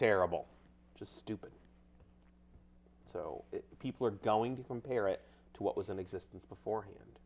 terrible just stupid so if people are going to compare it to what was in existence beforehand